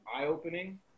eye-opening